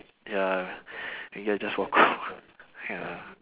ya maybe I just walk off ya